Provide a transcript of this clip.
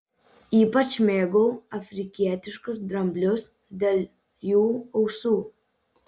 ypač mėgau afrikietiškus dramblius dėl jų ausų